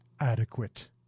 adequate